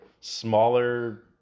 smaller